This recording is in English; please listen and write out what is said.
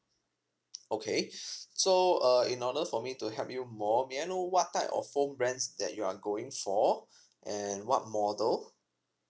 okay so err in order for me to help you more may I know what type of phone brands that you are going for and what model